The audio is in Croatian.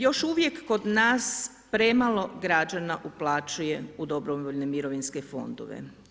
Još uvijek kod nas premalo građana uplaćuje u dobrovoljne mirovinske fondove.